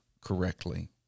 correctly